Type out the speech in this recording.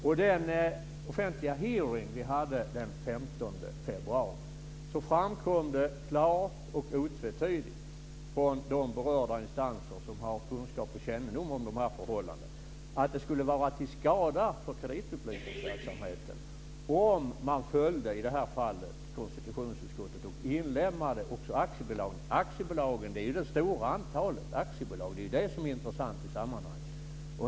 Vid den offentliga hearing vi hade den 15 februari framkom det klart och otvetydigt från de instanser som har kännedom om förhållandena att det skulle vara till skada för kreditupplysningsverksamheten om man i det här fallet följde konstitutionsutskottet och också inlemmade aktiebolagen. Aktiebolagen är det stora antalet. Det är aktiebolag som är intressanta i sammanhanget.